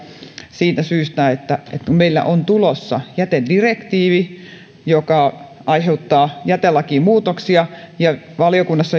siitä syystä että meillä on tulossa jätedirektiivi joka aiheuttaa jätelakimuutoksia ja valiokunnassa